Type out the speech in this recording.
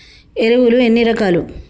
ఎరువులు ఎన్ని రకాలు?